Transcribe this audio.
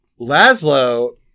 Laszlo